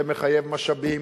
זה מחייב משאבים,